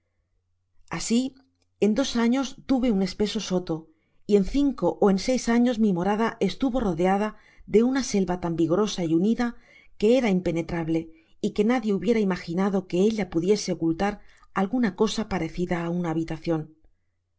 asi en dos años tuve un espeso soto y en cinco ó en seis años mi morada e stuvo rodeada de una selva tan vigorosa y unida que era impe netrable y que nadie hubiera imaginado que ella pudiese ocultar alguna cosa parecida á habitacion